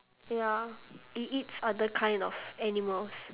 ya it eats other kind of animals